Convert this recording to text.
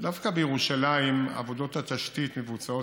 דווקא בירושלים עבודות התשתית מבוצעות